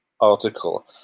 article